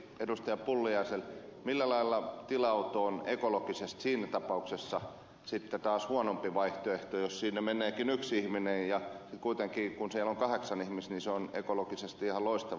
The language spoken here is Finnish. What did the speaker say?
millä lailla tila auto on ekologisesti siinä tapauksessa sitten taas huonompi vaihtoehto jos siinä meneekin yksi ihminen ja kuitenkin kun siinä on kahdeksan ihmistä se on ekologisesti ihan loistava